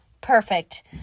perfect